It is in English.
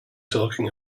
talking